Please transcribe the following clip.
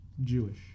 Jewish